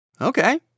Okay